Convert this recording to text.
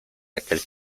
aquel